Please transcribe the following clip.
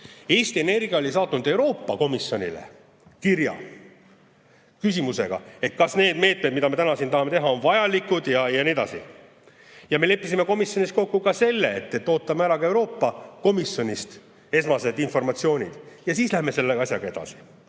Eesti Energia oli saatnud Euroopa Komisjonile kirja küsimusega, kas need meetmed, mida me täna siin tahame teha, on vajalikud ja nii edasi. Me leppisime komisjonis kokku ka selle, et ootame Euroopa Komisjonist ära esmase informatsiooni ja siis läheme selle asjaga edasi.